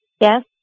Yes